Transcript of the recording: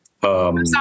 sorry